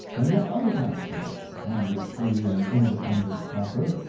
and yet other taxes upon this free and independent pauper,